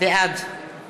בעד